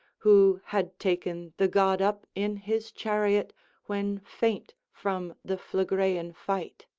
who had taken the god up in his chariot when faint from the phlegraean fight.